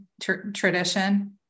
tradition